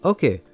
Okay